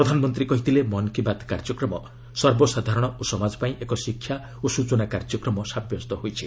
ପ୍ରଧାନମନ୍ତ୍ରୀ କହିଥିଲେ ମନ୍କୀ ବାତ୍ କାର୍ଯ୍ୟକ୍ରମ ସର୍ବସାଧାରଣ ଓ ସମାଜପାଇଁ ଏକ ଶିକ୍ଷା ଓ ସ୍ଚଚନା କାର୍ଯ୍ୟକ୍ରମ ସାବ୍ୟସ୍ତ ହୋଇଛି